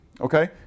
okay